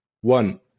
One